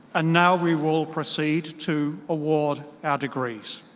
ah now we will proceed to award our degrees.